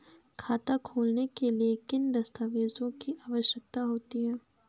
खाता खोलने के लिए किन दस्तावेजों की आवश्यकता होती है?